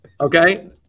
Okay